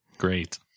great